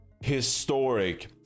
historic